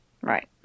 right